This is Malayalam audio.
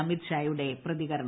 അമിത്ഷായുടെ പ്രതികരണം